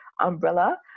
umbrella